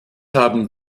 haben